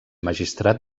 magistrat